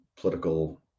political